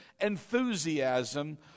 enthusiasm